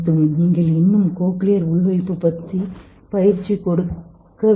நீங்கள் இன்னும் கோக்லியர் உள்வைப்பு ரயிலை வைக்க வேண்டும்